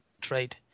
trade